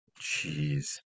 Jeez